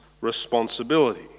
responsibility